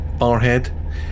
Barhead